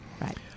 Right